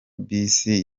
bisi